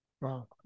wow